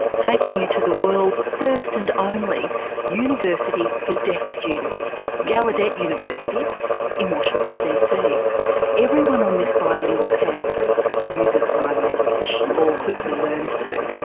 taking you to the world's first and only university for deaf students gallaudet university in washington dc. everyone on this bilingual campus uses sign language, or quickly learns to.